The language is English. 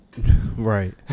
right